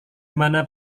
mana